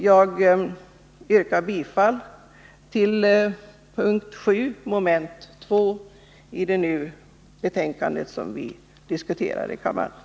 Jag yrkar bifall till reservationen 8, som är fogad till det betänkande som vi nu diskuterar i kammaren.